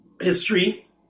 history